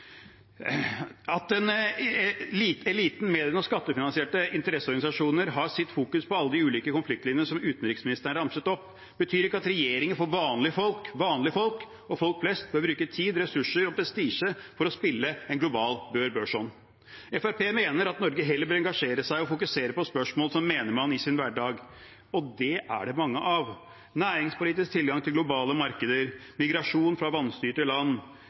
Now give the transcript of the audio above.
At eliten mer enn skattefinansierte interesseorganisasjoner har sitt fokus på alle de ulike konfliktlinjene som utenriksministeren ramset opp, betyr ikke at regjeringen for vanlige folk og folk flest bør bruke tid, ressurser og prestisje på å spille en global Bør Børson. Fremskrittspartiet mener at Norge heller bør engasjere seg i og fokusere på spørsmål som gjelder menigmann i sin hverdag, og det er det mange av – næringspolitisk tilgang til globale markeder, migrasjon fra vanstyrte land,